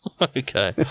Okay